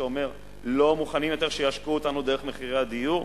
שאומר: לא מוכנים יותר שיעשקו אותנו דרך מחירי הדיור.